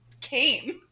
came